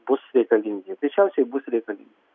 bus reikalingi greičiausiai bus reikalingi